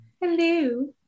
Hello